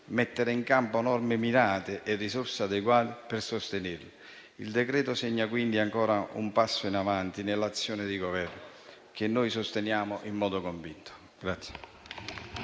mettendo in campo norme mirate e risorse adeguate per sostenerli. Il decreto segna, quindi, ancora un passo in avanti nell'azione di Governo, che noi sosteniamo in modo convinto.